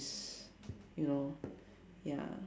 ~s you know ya